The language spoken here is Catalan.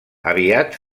aviat